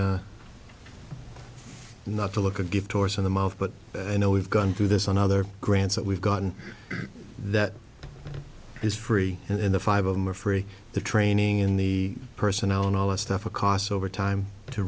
the not to look a gift horse in the mouth but you know we've gone through this on other grants that we've got and that is free in the five of them are free the training in the personnel and all the stuff it costs over time to